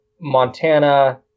Montana